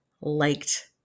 liked